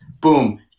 boom